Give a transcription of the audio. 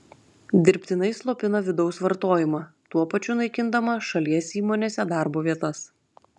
dirbtinai slopina vidaus vartojimą tuo pačiu naikindama šalies įmonėse darbo vietas